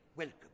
Welcome